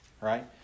Right